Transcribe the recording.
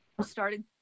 started